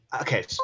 okay